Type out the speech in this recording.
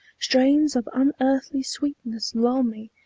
strains of unearthly sweetness lull me,